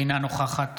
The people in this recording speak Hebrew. אינה נוכחת